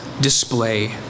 display